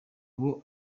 abo